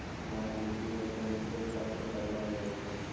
लाल मिट्टी मे कोंन कोंन तत्व पैलो जाय छै?